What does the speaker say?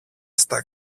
στα